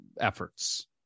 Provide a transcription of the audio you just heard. efforts